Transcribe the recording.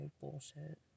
bullshit